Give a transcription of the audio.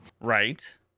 right